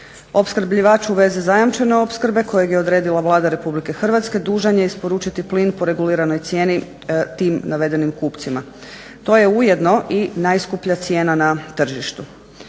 Opskrbljivač uveze zajamčene opskrbe kojeg je odredila Vlada Republike Hrvatske dužan je isporučiti plin po reguliranoj cijeni tim navedenim kupcima. To je ujedno i najskuplja cijena na tržištu.